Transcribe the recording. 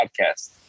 podcast